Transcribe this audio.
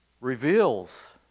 reveals